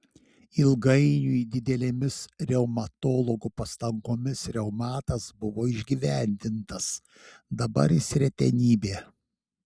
ilgainiui didelėmis reumatologų pastangomis reumatas buvo išgyvendintas dabar jis retenybė